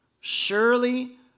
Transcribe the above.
surely